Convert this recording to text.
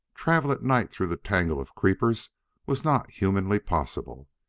travel at night through the tangle of creepers was not humanly possible.